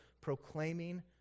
proclaiming